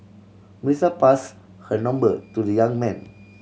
Melissa pass her number to the young man